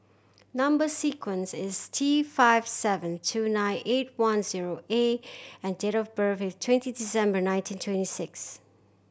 number sequence is T five seven two nine eight one zero A and date of birth is twenty December nineteen twenty six